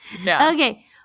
Okay